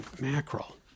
mackerel